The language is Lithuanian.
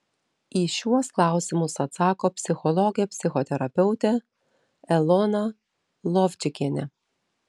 į šiuos klausimus atsako psichologė psichoterapeutė elona lovčikienė